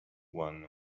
one